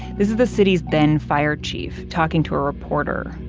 this is the city's then-fire chief, talking to a reporter,